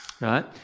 Right